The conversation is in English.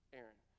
Aaron